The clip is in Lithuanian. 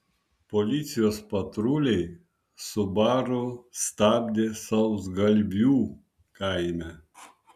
policijos patruliai subaru stabdė sausgalvių kaime